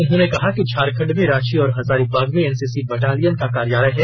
उन्होंने कहा कि झारखण्ड में रांची और हजारीबाग में एनसीसी बटालियन का कार्यालय है